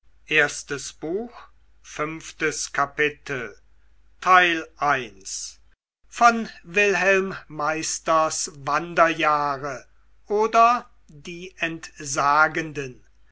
goethe wilhelm meisters wanderjahre oder die entsagenden